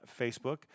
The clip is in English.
Facebook